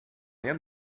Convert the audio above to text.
rien